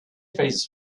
faces